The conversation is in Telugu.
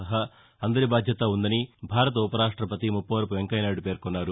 సహో అందరి బాధ్యత ఉందని భారత ఉపరాష్టపతి ముప్పవరపు వెంకయ్య నాయుడు పేర్కొన్నారు